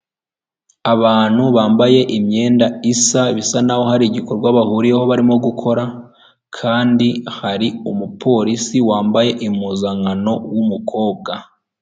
Abantu bambaye imyenda isa bisa naho hari igikorwa bahuriyeho barimo gukora ,kandi hari umuporisi wambaye impuzankano w'umukobwa.